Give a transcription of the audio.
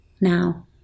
now